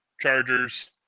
Chargers